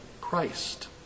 Christ